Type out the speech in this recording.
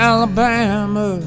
Alabama